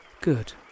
Good